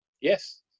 yes